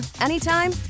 anytime